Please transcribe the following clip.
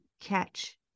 catch